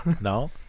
No